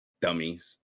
Dummies